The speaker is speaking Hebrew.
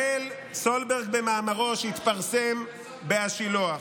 שואל סולברג במאמרו שהתפרסם בהשילוח: